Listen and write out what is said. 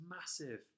massive